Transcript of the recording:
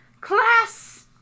Class